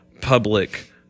public